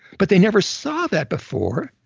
but they never saw that before,